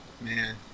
Man